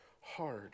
hard